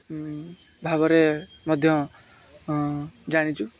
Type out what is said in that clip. ଭାବରେ ମଧ୍ୟ ଜାଣିଛୁ